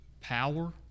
power